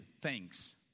thanks